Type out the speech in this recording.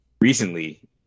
recently